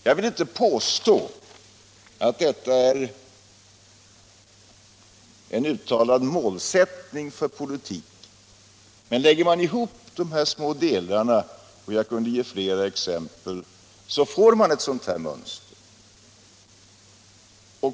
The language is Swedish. Jag vill inte påstå att detta är en uttalad målsättning för politiken, men lägger man ihop de här små bitarna — och jag kunde ge fler exempel —- blir det ett sådant mönster.